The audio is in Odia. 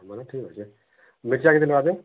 ମାନେ ଠିକ୍ ଅଛି ଦେଖିଆ କେନ୍ତି ନବାପେଇଁ